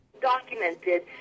Documented